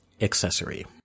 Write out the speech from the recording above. accessory